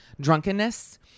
drunkenness